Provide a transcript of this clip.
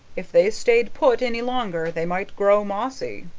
if they stayed put any longer they might grow mossy.